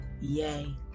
Yay